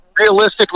realistically